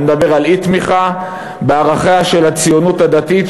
אני מדבר על אי-תמיכה בערכיה של הציונות הדתית,